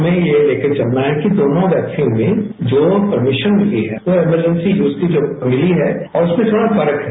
हमें ये लेके चलना है कि दोनों वैक्सीन में जो परमिशन मिली है वो इमरजेन्सी डॉज की जो मिली है और उसमें चोड़ा छर्ळ है